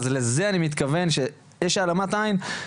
אז לזה אני מתכוון כשאני אומר שיש העלמת עין.